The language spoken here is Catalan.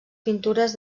pintures